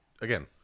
again-